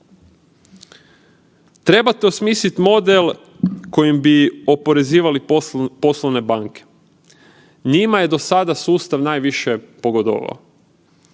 Trebate osmisliti model kojim bi oporezivali poslovne banke. Njima je do sada sustav najviše pogodovao